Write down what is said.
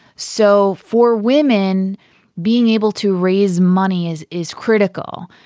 so for women being able to raise money is is critical.